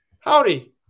howdy